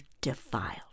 defiled